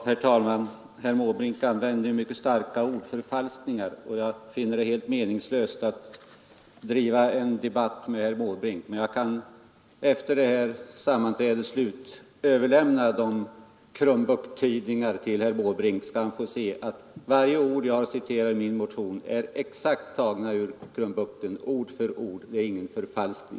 Herr talman! Herr Måbrink använde ju mycket starka ord — han talade om förfalskning — och jag finner det helt meningslöst att föra en debatt med herr Måbrink. Men jag kan efter det här sammanträdets slut överlämna dessa exemplar av tidningen Krumbukten till herr Måbrink, så skall han få se att allt som jag citerat i min motion är exakt taget ur Krumbukten, ord för ord. Det är ingen förfalskning.